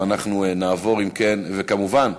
וכמובן,